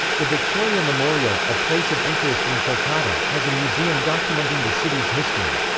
the victoria memorial, a place of interest in kolkata, has a museum documenting the city's history.